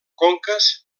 conques